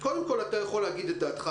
קודם כל אתה יכול להגיד את דעתך,